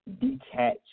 detach